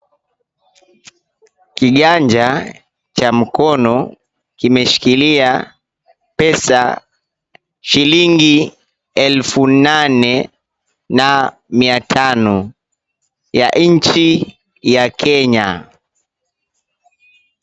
Kiganja cha mkono kimeshikilia pesa shilingi elfu nane na mia tano ya nchi ya Kenya.